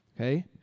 Okay